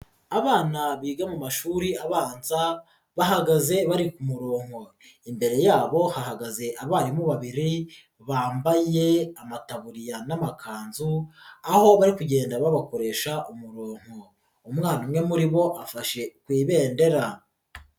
Abana biga mu mashuri abanza bahagaze bari ku murongo imbere yabo hahagaze abarimu babiri bambaye amataburiya n'amakanzu, aho bari kugenda babakoresha umurongo. Umwana umwe muri bo afashe ku ibendera.